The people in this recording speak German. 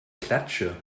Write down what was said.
klatsche